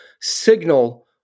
signal